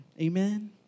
Amen